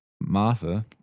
Martha